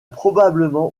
probablement